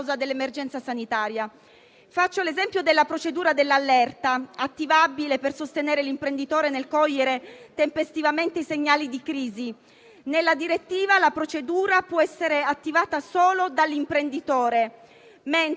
Nella direttiva la procedura può essere attivata solo dall'imprenditore, mentre nel codice italiano la procedura di allerta può essere attivata non solo dall'imprenditore, ma anche da soggetti come l'INPS o l'Agenzia delle entrate.